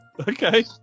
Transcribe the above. Okay